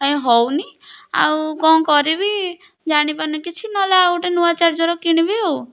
କାଇଁ ହେଉନି ଆଉ କ'ଣ କରିବି ଜାଣିପାରୁନି କିଛି ନହେଲେ ନୂଆ ଚାର୍ଜର୍ କିଣିବି ଆଉ